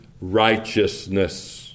righteousness